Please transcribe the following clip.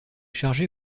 chargé